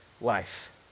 life